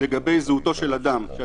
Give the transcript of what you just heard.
לגבי זהותו של אדם אלה נתוני סמך.